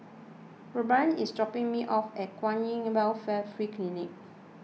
Robyn is dropping me off at Kwan in Welfare Free Clinic